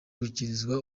gushyikirizwa